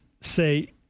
say